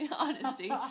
honesty